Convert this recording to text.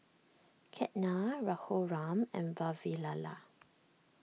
Ketna Raghuram and Vavilala